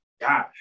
God